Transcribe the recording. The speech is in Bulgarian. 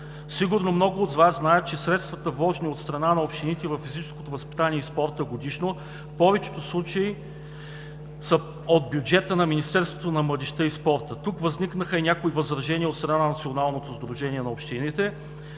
Сигурно много от Вас знаят, че средствата, вложени от страна на общините във физическото възпитание и спорта годишно, в повечето случаи са от бюджета на Министерството на младежта и спорта. Тук възникнаха и някои възражения от страна на Националното сдружение на общините